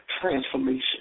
transformation